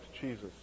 Jesus